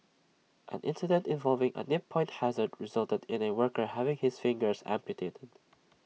an incident involving A nip point hazard resulted in A worker having his fingers amputated